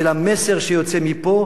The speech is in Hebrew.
ולמסר שיוצא מפה,